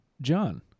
John